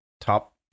top